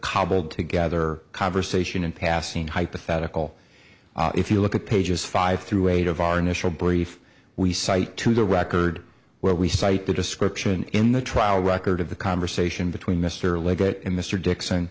cobbled together conversation in passing hypothetical if you look at pages five through eight of our initial brief we cite to the record where we cite the description in the trial record of the conversation between mr leggett and mr dixon